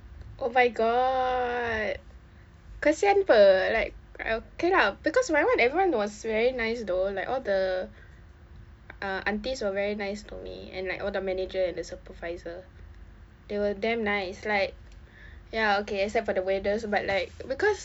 oh my god kesian apa like I okay lah because my one like everyone was very nice though like all the uh aunties were very nice to me and like all the manager and supervisor they were damn nice like ya okay except for the weirdos but like because